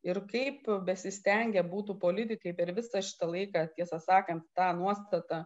ir kaip besistengę būtų politikai per visą šitą laiką tiesą sakant tą nuostatą